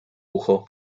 ucho